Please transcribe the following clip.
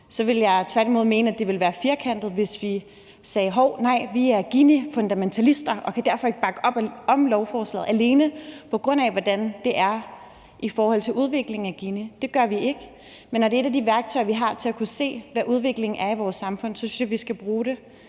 vil jeg tværtimod mene, det ville være firkantet, hvis vi sagde: Hov, nej, vi er Ginifundamentalister og kan derfor ikke bakke op om lovforslaget, alene på grund af hvordan det er i forhold til udviklingen af Ginikoefficienten. Det gør vi ikke. Men når det er et af de værktøjer, vi har til at kunne se, hvad udviklingen er i vores samfund, synes jeg, vi skal bruge det.